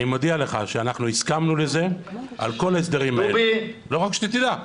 אני מודיע לך שאנחנו הסכמנו לזה על כל ההסדרים האלה רק שתדע,